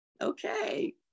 Okay